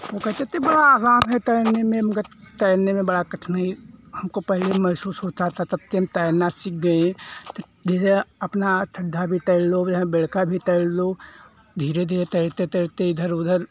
वह कहते थे हमें तैरने में तैरने में बड़ा कठिनाई हमको पहले महसूस होता था तब से हम तैरना सीख गए तो जैसे अपना सिद्धा भी तैर लो बेड़का भी तैर लो धीरे धीरे तैरते तैरते इधर उधर